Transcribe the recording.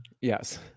Yes